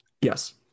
yes